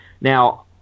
Now